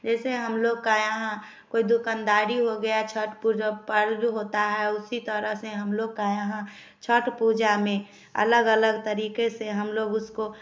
जैसे हम लोग के यहाँ कोई दुकानदारी हो गया छठ पूजा पर्व होता है उसी तरह से हम लोग के यहाँ छठ पूजा में अलग अलग तरीके से हम लोग उसको